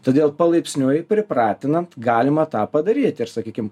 todėl palaipsniui pripratinant galima tą padaryt ir sakykim